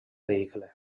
vehicle